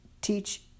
teach